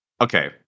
Okay